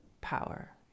power